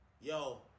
Yo